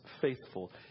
faithful